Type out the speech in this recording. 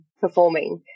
performing